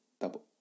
double